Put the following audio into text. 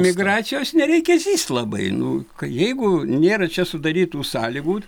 migracijos nereikia zyst labai nu jeigu nėra čia sudarytų sąlygų